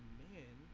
man